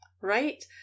Right